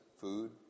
food